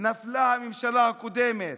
נפלה הממשלה הקודמת.